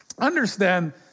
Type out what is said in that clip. understand